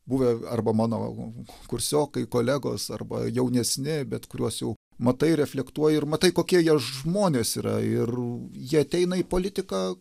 buvę arba mano kursiokai kolegos arba jaunesni bet kuriuos jau matai reflektuoja ir matai kokie jie žmonės yra ir jie ateina į politiką